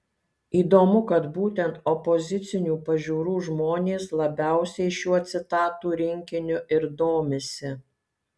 įdomu kad būtent opozicinių pažiūrų žmonės labiausiai šiuo citatų rinkiniu ir domisi